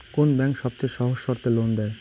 কোন ব্যাংক সবচেয়ে সহজ শর্তে লোন দেয়?